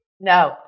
No